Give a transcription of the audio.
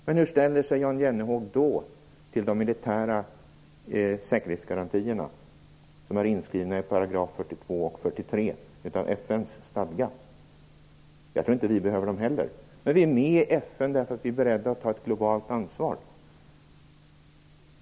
Men hur ställer sig Jan Jennehag då till de militära säkerhetsgarantier som är inskrivna i § 42 och 43 i FN:s stadga? Jag tror inte att vi behöver dem heller, men vi är med i FN därför att vi är beredda att ta ett globalt ansvar.